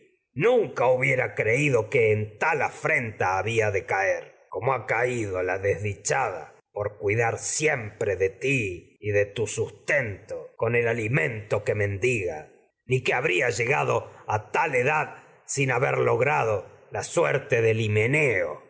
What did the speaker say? la cual creído que en de de mi caer nunca hubiera tal afrenta como ha caído la desdichada por cuidar con siempre de ti y de tu sustento a el alimento que men diga ni la que habría llegado tal edad sin haber logrado expuesta a suerte del himeneo